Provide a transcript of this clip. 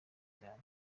cyane